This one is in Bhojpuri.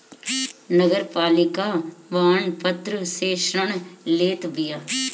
नगरपालिका बांड पत्र से ऋण लेत बिया